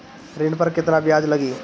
ऋण पर केतना ब्याज लगी?